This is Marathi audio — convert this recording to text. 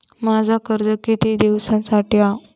माझा कर्ज किती वेळासाठी हा?